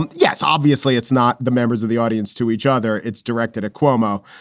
um yes. obviously, it's not the members of the audience to each other. it's directed at cuomo.